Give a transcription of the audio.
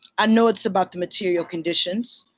i know it's about the material conditions.